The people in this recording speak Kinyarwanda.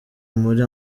muri